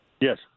Yes